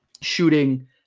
shooting